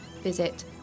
visit